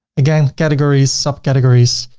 again, categories, subcategories.